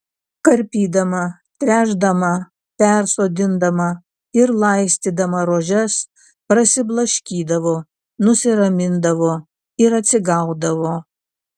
karpydama tręšdama persodindama ir laistydama rožes prasiblaškydavo nusiramindavo ir atsigaudavo